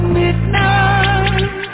midnight